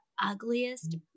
ugliest